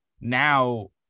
now